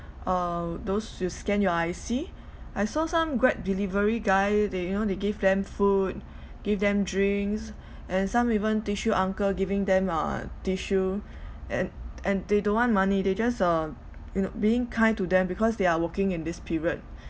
uh those you scan your I_C I saw some grab delivery guy they you know they give them food give them drinks and some even tissue uncle giving them uh tissue and and they don't want money they just uh you know being kind to them because they are working in this period